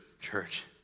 church